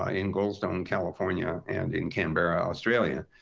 ah in goldstone in california, and in canberra, australia.